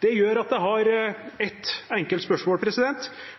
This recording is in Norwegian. Det gjør at jeg har ett enkelt spørsmål: